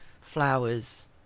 flowers